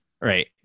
Right